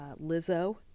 Lizzo